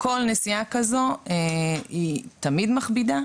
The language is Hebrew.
כל נסיעה כזו היא תמיד מכבידה,